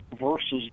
versus